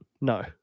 No